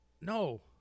No